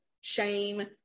shame